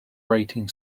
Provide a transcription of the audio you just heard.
rating